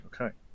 okay